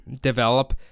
develop